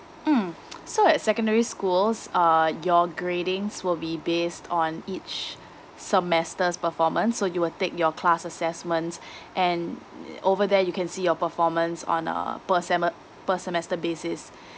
mmhmm so at secondary schools uh your gradings will be based on each semester's performance so you will take your class assessments and over there you can see your performance on a per seme~ per semester basis